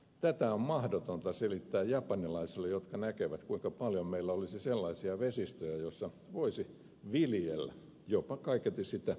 tätä on mahdotonta selittää japanilaisille jotka näkevät kuinka paljon meillä olisi sellaisia vesistöjä joissa voisi viljellä jopa kaiketi sitä ahventa